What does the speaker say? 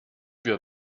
wir